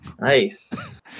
Nice